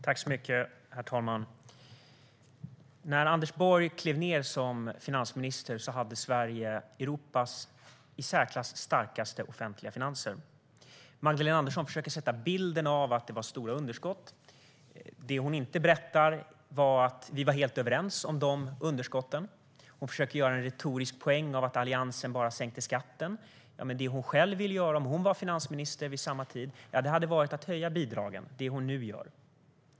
Herr talman! När Anders Borg klev ned som finansminister hade Sverige Europas i särklass starkaste offentliga finanser. Magdalena Andersson försöker ge bilden av att det var stora underskott. Det hon inte berättar är att vi var helt överens om de underskotten. Hon försöker göra en retorisk poäng av att Alliansen bara sänkte skatten. Men det hon själv hade velat göra, om hon hade varit finansminister vid samma tid, var att höja bidragen, det som hon nu gör.